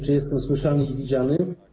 Czy jestem słyszany i widziany?